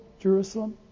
Jerusalem